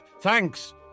Thanks